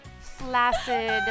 flaccid